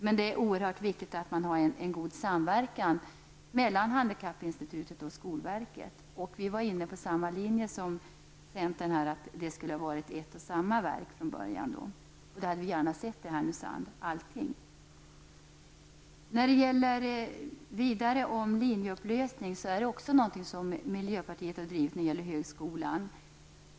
Men det är viktigt att man har en god samverkan mellan handikappinstitutet och skolverket. Vi var inte på samma linje som centern, att det skulle varit ett och samma verk. Då hade vi gärna sett allting i Detta med linjeupplösning är något som miljöpartiet också drivit när det gäller högskolan.